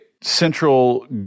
central